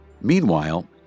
Meanwhile